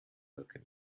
welcome